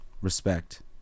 respect